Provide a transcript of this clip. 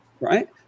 right